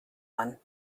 one